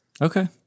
Okay